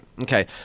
Okay